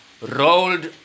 rolled